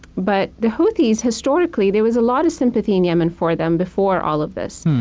but the houthis. historically, there was a lot of sympathy in yemen for them before all of this.